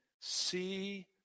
see